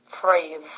phrase